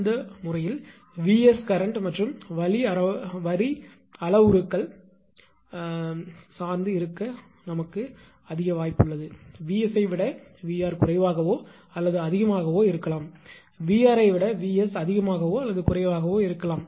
அந்த வழக்கில் 𝑉𝑆 கரண்ட் மற்றும் வரி அளவுருக்கள்லைன் பரமீடேர்ஸ் சார்ந்து இருக்க சாத்தியம் 𝑉𝑆 ஐ விட 𝑉𝑅 குறைவாகவோ அல்லது அதிகமாகவோ இருக்கலாம் 𝑉𝑅 ஐ விட 𝑉𝑆 அதிகமாகவோ அல்லது குறைவாகவோ இருக்கலாம்